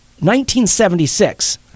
1976